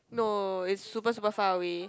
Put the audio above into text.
no they super super far away